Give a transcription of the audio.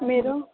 మీరు